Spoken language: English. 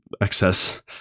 excess